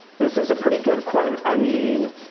this is a pretty good quote. i mean,